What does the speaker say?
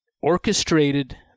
orchestrated